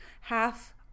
half